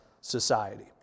society